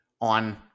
on